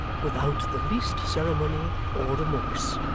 without the least ceremony or remorse.